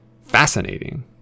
fascinating